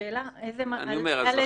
השאלה איזה עבירה,